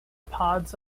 pods